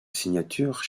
signature